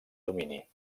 domini